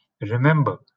Remember